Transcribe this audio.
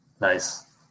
nice